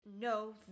No